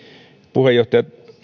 puheenjohtaja